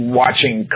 watching